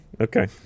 Okay